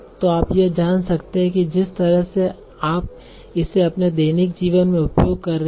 तो आप यह जान सकते हैं कि जिस तरह से आप इसे अपने दैनिक जीवन में उपयोग कर रहे हैं